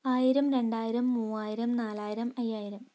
ആയിരം രണ്ടായിരം മൂവായിരം നാലായിരം അയ്യായിരം